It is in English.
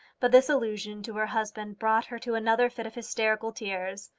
but this allusion to her husband brought her to another fit of hysterical tears.